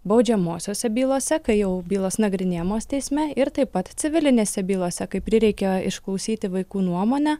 baudžiamosiose bylose kai jau bylos nagrinėjamos teisme ir taip pat civilinėse bylose kai prireikia išklausyti vaikų nuomonę